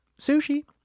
sushi